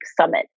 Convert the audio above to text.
summit